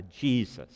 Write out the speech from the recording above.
Jesus